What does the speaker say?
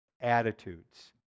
attitudes